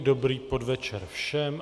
Dobrý podvečer všem.